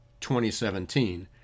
2017